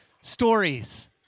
stories